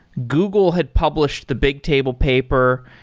google had published the bigtable paper.